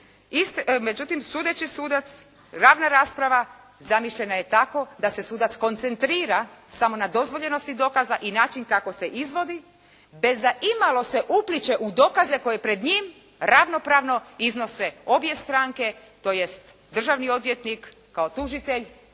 Međutim, sudeći sudac, ravna rasprava zamišljena je tako da se sudac koncentrira samo na dozvoljenosti dokaza i način kako se izvodi bez da imalo se upliće u dokaze koje pred njim ravnopravno iznose obje stranke, tj. državni odvjetnik kao tužitelj